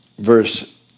verse